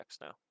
now